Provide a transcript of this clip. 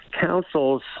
council's